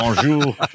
Bonjour